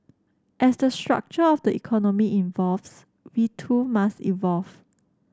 as the structure of the economy evolves we too must evolve